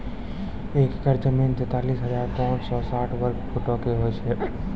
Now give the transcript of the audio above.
एक एकड़ जमीन, तैंतालीस हजार पांच सौ साठ वर्ग फुटो के होय छै